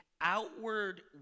outward